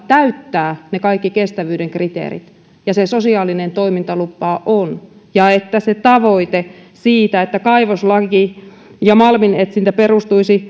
täyttää kaikki kestävyyden kriteerit ja että se sosiaalinen toimintalupa on ja se tavoite siitä että kaivoslaki ja malminetsintä perustuisivat